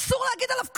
אסור להגיד עליו כלום,